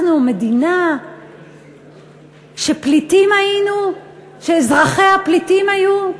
אנחנו מדינה שפליטים היינו, שאזרחיה פליטים היו.